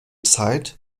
zeit